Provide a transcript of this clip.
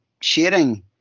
sharing